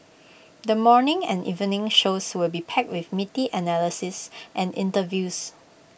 the morning and evening shows will be packed with meaty analyses and interviews